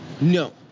No